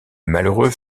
malheureux